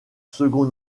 second